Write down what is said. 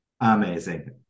Amazing